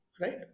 Right